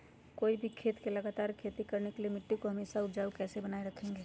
कोई भी खेत में लगातार खेती करने के लिए मिट्टी को हमेसा उपजाऊ कैसे बनाय रखेंगे?